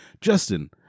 Justin